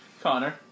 Connor